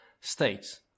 states